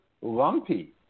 Lumpy